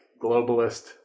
globalist